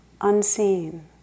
unseen